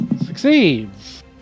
Succeeds